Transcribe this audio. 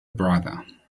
brother